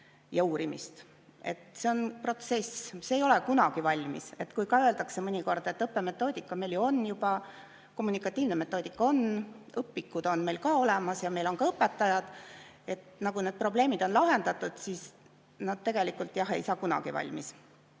ja uurimist. See on protsess, see ei ole kunagi valmis. Kui öeldakse mõnikord, et õppemetoodika meil ju on juba, kommunikatiivne metoodika on, õpikud on meil ka olemas ja meil on ka õpetajad, need probleemid on lahendatud, siis tegelikult see ei saa kunagi valmis.